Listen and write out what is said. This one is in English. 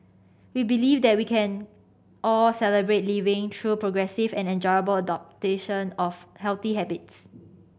we believe that we can all Celebrate Living through progressive and enjoyable of healthy habits